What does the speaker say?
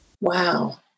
wow